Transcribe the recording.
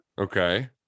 okay